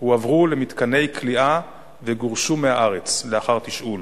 הועברו למתקני כליאה וגורשו מהארץ לאחר תשאול,